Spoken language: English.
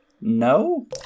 No